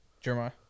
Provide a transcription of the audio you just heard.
Jeremiah